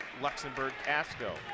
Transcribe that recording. Luxembourg-Casco